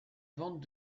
ventes